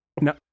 No